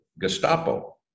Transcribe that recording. Gestapo